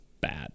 bad